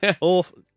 Awful